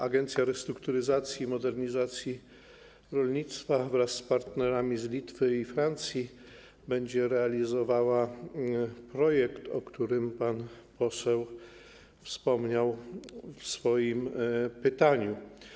Agencja Restrukturyzacji i Modernizacji Rolnictwa wraz z partnerami z Litwy i Francji będzie realizowała projekt, o którym pan poseł wspomniał w swoim pytaniu.